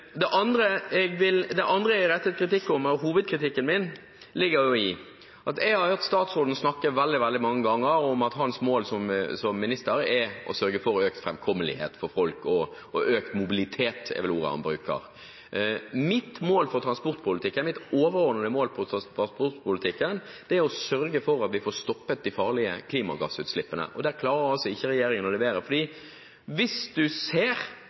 Det andre jeg rettet hovedkritikken min mot, ligger i at jeg har hørt statsråden snakke veldig mange ganger om at hans mål som minister er å sørge for økt fremkommelighet for folk – økt mobilitet er ordet han bruker. Mitt overordnede mål for transportpolitikken er å sørge for at vi får stoppet de farlige klimagassutslippene. Der klarer ikke regjeringen å levere. Hvis du ser